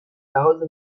لحاظ